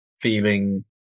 feeling